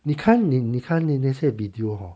你看你你看你那些 video hor